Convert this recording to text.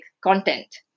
content